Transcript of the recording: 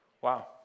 Wow